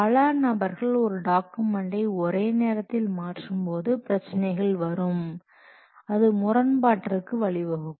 பல நபர்கள் ஒரு டாக்குமெண்டை ஒரே நேரத்தில் மாற்றும்போது பிரச்சினைகள் வரும் அது முரண்பாட்டிற்கு வழிவகுக்கும்